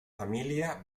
família